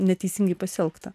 neteisingai pasielgta